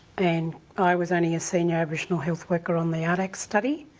and i was only a senior aboriginal health worker on the ardac study,